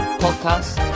podcast